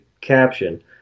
caption